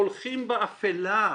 הולכים באפלה,